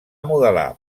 modelar